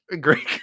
great